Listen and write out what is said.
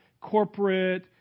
corporate